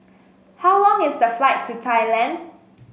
how long is the flight to Thailand